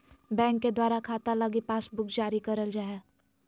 bank के द्वारा खाता लगी पासबुक जारी करल जा हय